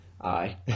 Aye